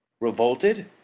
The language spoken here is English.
Revolted